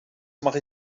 mache